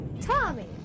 Tommy